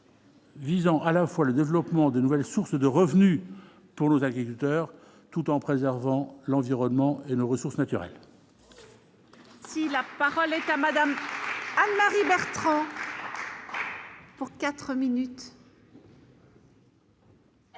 Visant à la fois le développement de nouvelles sources de revenus pour nos agriculteurs tout en préservant l'environnement et nos ressources naturelles.